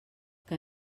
que